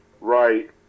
Right